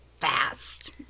fast